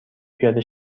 پیاده